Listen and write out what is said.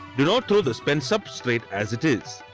do not throw the spent substrate as it is.